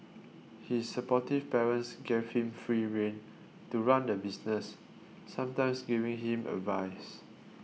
his supportive parents gave him free rein to run the business sometimes giving him advice